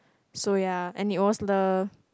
so ya and it was the